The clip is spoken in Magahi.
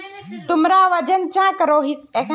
तुमरा वजन चाँ करोहिस?